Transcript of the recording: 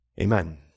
Amen